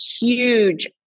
huge